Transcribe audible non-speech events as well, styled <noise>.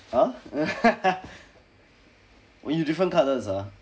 ah <laughs> different colours ah